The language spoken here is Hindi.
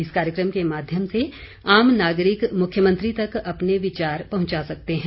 इस कार्यक्रम के माध्यम से आम नागरिक मुख्यमंत्री तक अपने विचार पहुंचा सकते हैं